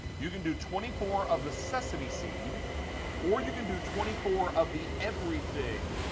you can do twenty four of the sesame seed or you can do twenty four of the everything,